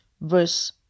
verse